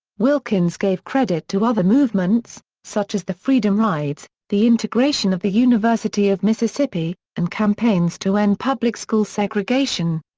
wilkins gave credit to other movements, such as the freedom rides, the integration of the university of mississippi, and campaigns to end public school segregation.